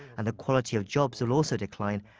and the quality of jobs will also decline,